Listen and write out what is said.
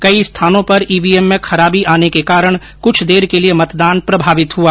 कई स्थानों पर ईवीएम में खराबी आने के कारण कुछ देर के लिये मतदान प्रभावित हुआ